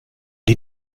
die